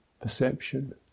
perception